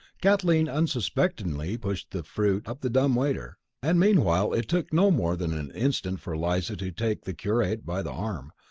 kathleen unsuspectingly pushed the fruit up the dumb waiter and meanwhile it took no more than an instant for eliza to take the curate by the arm,